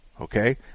Okay